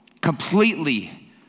completely